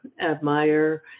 admire